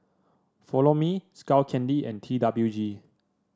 Follow Me Skull Candy and T WG